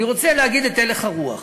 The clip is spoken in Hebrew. אני רוצה להגיד את הלך הרוח,